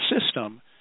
system